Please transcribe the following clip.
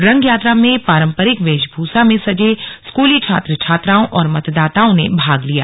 रंग यात्रा में पारपरिक वेशभूषा में सजे स्कूली छात्र छात्राओं और मतदाताओं ने भाग लिया